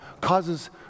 causes